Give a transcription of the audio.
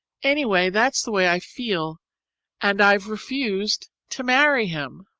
anyway, that's the way i feel and i've refused to marry him.